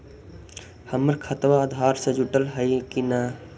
हमर खतबा अधार से जुटल हई कि न?